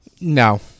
No